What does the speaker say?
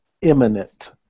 imminent